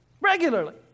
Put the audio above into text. Regularly